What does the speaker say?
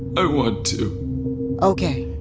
i want to okay.